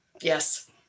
Yes